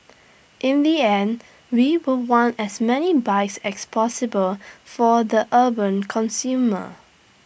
in the end we will want as many bikes as possible for the urban consumer